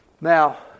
Now